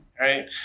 right